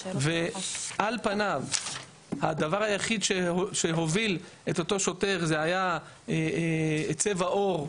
ועל פניו הדבר היחיד שהוביל את אותו שוטר היה צבע עור,